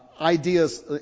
ideas